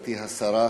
גברתי השרה,